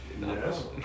Yes